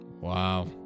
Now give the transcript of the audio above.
Wow